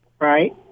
Right